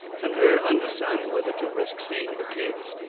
and her undecided whether to risk seeing the kids.